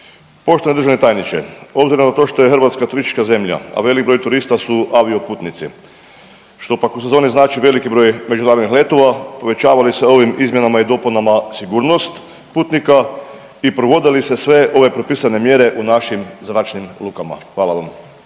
Poštovani državni tajniče obzirom na to što je Hrvatska turistička zemlja, a velik broj turista su avioputnici što pak sezoni znači veliki broj međunarodnih letova, povećava li se ovim izmjenama i dopunama sigurnost putnika i provode li se sve ove propisane mjere u našim zračnim lukama. Hvala vam.